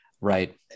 Right